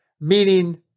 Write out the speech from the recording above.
Meaning